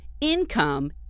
Income